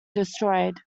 destroyed